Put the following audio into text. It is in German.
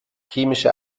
chemische